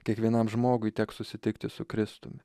kiekvienam žmogui teks susitikti su kristumi